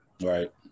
Right